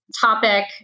topic